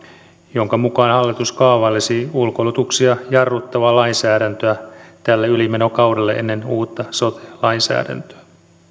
jonka mukaan hallitus kaavailisi ulkoistuksia jarruttavaa lainsäädäntöä tälle ylimenokaudelle ennen uutta sote lainsäädäntöä